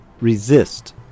resist